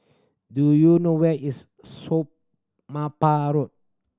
do you know where is Road